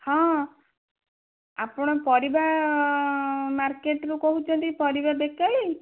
ହଁ ଆପଣ ପରିବା ମାର୍କେଟରୁ କହୁଛନ୍ତି କି ପରିବା ବିକାଳି